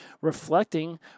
reflecting